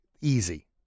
easy